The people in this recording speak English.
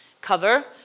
cover